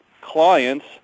clients